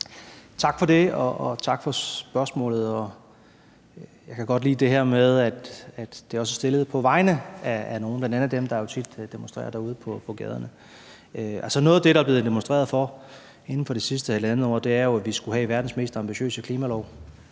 Tak for det, og tak for spørgsmålet. Jeg kan godt lide det her med, at det er stillet på vegne af nogle andre, bl.a. nogle af dem, der tit demonstrerer på gaderne. Noget af det, der inden for det sidste halvandet år er blevet demonstreret for, har jo været, at vi skulle have verdens mest ambitiøse klimalov.